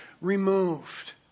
removed